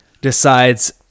decides